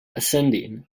ascending